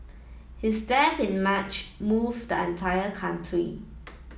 his death in March moved the entire country